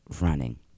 running